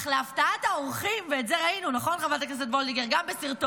המפלגה והעומד בראשה דיברו גבוהה-גבוהה על נוכחות בזמן הפגרה,